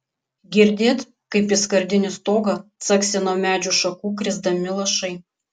girdėt kaip į skardinį stogą caksi nuo medžių šakų krisdami lašai